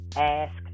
Ask